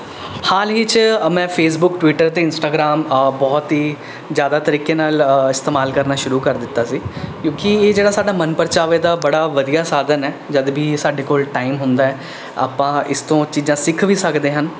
ਹਾਲ ਹੀ 'ਚ ਮੈਂ ਫੇਸਬੁੱਕ ਟਵੀਟਰ ਅਤੇ ਇੰਨਸਟਾਗ੍ਰਾਮ ਬਹੁਤ ਹੀ ਜ਼ਿਆਦਾ ਤਰੀਕੇ ਨਾਲ਼ ਇਸਤੇਮਾਲ ਕਰਨਾ ਸ਼ੁਰੂ ਕਰ ਦਿੱਤਾ ਸੀ ਕਿਉਂਕਿ ਇਹ ਜਿਹੜਾ ਸਾਡਾ ਮਨ ਪਰਚਾਵੇ ਦਾ ਬੜਾ ਵਧੀਆ ਸਾਧਨ ਹੈ ਜਦ ਵੀ ਸਾਡੇ ਕੋਲ ਟਾਈਮ ਹੁੰਦਾ ਹੈ ਆਪਾਂ ਇਸ ਤੋਂ ਚੀਜ਼ਾਂ ਸਿੱਖ ਵੀ ਸਕਦੇ ਹਾਂ